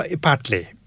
Partly